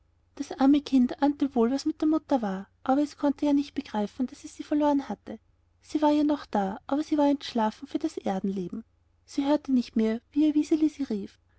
das arme kind ahnte wohl was mit der mutter war aber es konnte ja nicht begreifen daß es sie verloren hatte sie war ja noch da aber sie war entschlafen für das ganze erdenleben sie hörte nicht mehr wie ihr wiseli sie rief